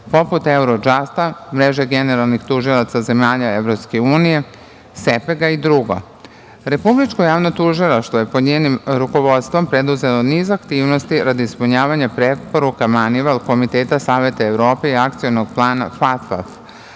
poput Eurodžasta, mreže generalnih tužilaca zemalja EU i dr.Republičko javno tužilaštvo je pod njenim rukovodstvom preduzelo niz aktivnosti radi ispunjavanja preporuka Manival Komiteta Saveta Evrope i Akcionog plana FATF-a,